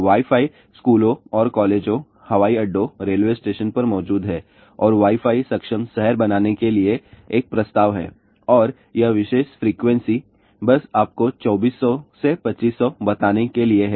wi fi स्कूलों और कॉलेजों हवाई अड्डों रेलवे स्टेशनों पर मौजूद है और वाई फाई सक्षम शहर बनाने के लिए एक प्रस्ताव है और यह विशेष फ्रीक्वेंसी बस आपको 2400 से 2500 बताने के लिए है